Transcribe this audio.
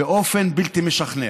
באופן בלתי משכנע.